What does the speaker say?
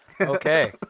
Okay